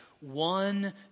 one